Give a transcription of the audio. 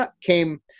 came